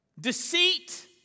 Deceit